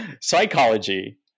psychology